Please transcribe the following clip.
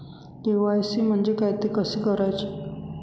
KYC म्हणजे काय? ते कसे करायचे?